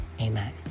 Amen